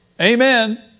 amen